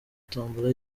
tombola